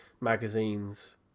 magazines